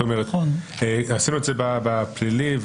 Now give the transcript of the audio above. עשינו את זה בפלילי,